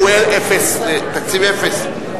שהוא תקציב אפס,